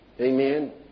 Amen